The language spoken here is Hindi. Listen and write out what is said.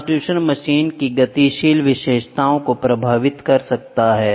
ट्रांसड्यूसर मशीन की गतिशील विशेषताओं को प्रभावित कर सकता है